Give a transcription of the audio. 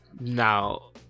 Now